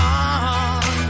on